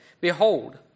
Behold